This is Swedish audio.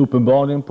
Uppenbarligen